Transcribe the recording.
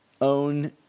own